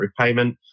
repayment